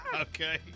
Okay